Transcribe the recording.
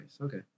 Okay